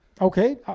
Okay